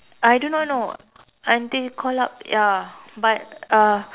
I do not know until call up ya but uh